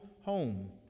home